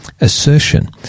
assertion